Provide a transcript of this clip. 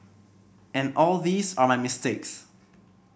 and all these are my mistakes